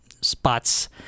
spots